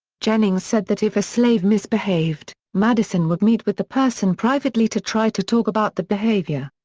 jennings said that if a slave misbehaved, madison would meet with the person privately to try to talk about the behavior.